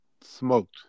Smoked